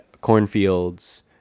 cornfields